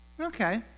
okay